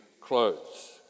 clothes